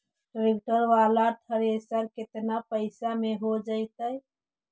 Tractor बाला thresher केतना पैसा में हो जैतै?